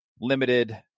limited